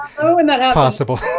possible